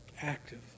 active